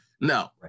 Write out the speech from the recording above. No